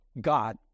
God